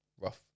Rough